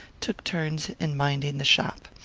took turns in minding the shop.